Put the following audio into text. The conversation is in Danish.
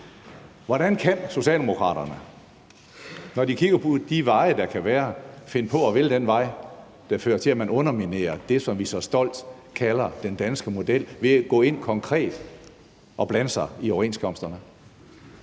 Hvordan kan Socialdemokraterne, når de kigger på de veje, der kan tages, finde på at vælge den vej, der fører til, at man underminerer det, som vi så stolt kalder den danske model, ved at gå ind konkret og blande sig i overenskomsterne?